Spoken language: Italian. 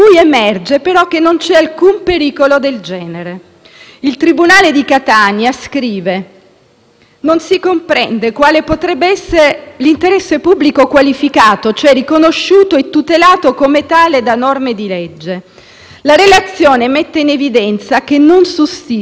non si comprende quale potrebbe essere l'interesse pubblico qualificato, cioè riconosciuto e tutelato come tale da norme di legge. La relazione mette in evidenza che non sussistono pericoli per il nostro Paese, dato che è stato accertato che a bordo della nave